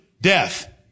death